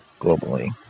Globally